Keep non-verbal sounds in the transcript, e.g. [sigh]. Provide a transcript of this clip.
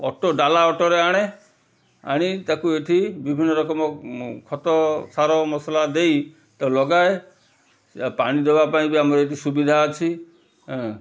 auto ଡାଲା ଅଟୋରେ ଆଣେ ଆଣି ତାକୁ ଏଠି ବିଭିନ୍ନ ରକମ ଖତ ସାର ମସଲା ଦେଇ ତାକୁ ଲଗାଏ [unintelligible] ପାଣି ଦେବା ପାଇଁ ବି ଆମର ଏଠି ସୁବିଧା ଅଛି